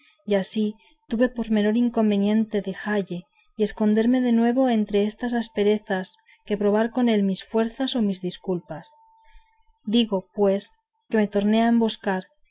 y así tuve por menor inconveniente dejalle y asconderme de nuevo entre estas asperezas que probar con él mis fuerzas o mis disculpas digo pues que me torné